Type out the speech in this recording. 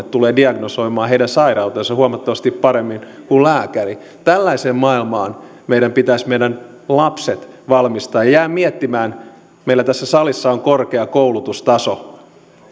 tulee diagnosoimaan heidän sairautensa huomattavasti paremmin kuin lääkäri tällaiseen maailmaan meidän pitäisi meidän lapsemme valmistaa ja jään miettimään meillä tässä salissa on korkea koulutustaso